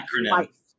Acronym